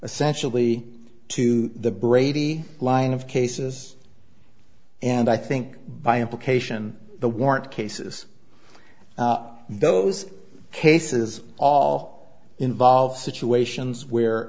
essentially to the brady line of cases and i think by implication the warrant cases those cases all involve situations where